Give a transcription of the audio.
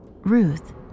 Ruth